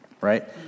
right